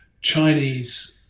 Chinese